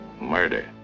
murder